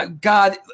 God